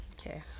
okay